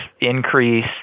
increase